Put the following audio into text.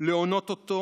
להונות אותו